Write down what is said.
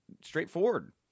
straightforward